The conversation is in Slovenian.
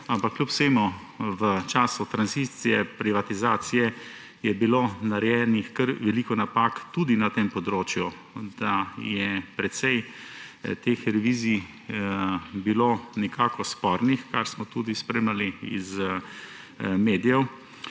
Ampak kljub vsemu, v času tranzicije, privatizacije je bilo narejenih kar veliko napak tudi na tem področju, da je precej teh revizij bilo nekako spornih, kar smo tudi spremljali iz medijev,